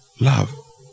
love